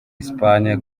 espagne